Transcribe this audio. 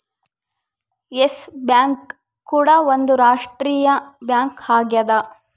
S Bank ಕೂಡ ಒಂದ್ ರಾಷ್ಟ್ರೀಯ ಬ್ಯಾಂಕ್ ಆಗ್ಯದ